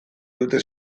dute